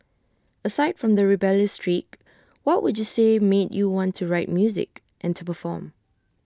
aside from the rebellious streak what would you say made you want to write music and to perform